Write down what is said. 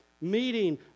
meeting